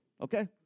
okay